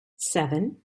seven